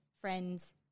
friends